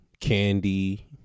candy